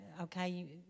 Okay